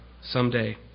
someday